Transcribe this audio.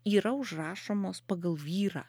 yra užrašomos pagal vyrą